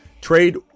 Trade